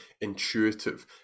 intuitive